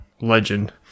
Legend